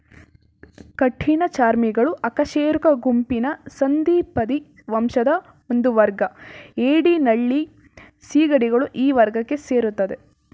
ಕಠಿಣಚರ್ಮಿಗಳು ಅಕಶೇರುಕ ಗುಂಪಿನ ಸಂಧಿಪದಿ ವಂಶದ ಒಂದುವರ್ಗ ಏಡಿ ನಳ್ಳಿ ಸೀಗಡಿಗಳು ಈ ವರ್ಗಕ್ಕೆ ಸೇರ್ತದೆ